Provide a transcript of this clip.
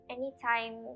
Anytime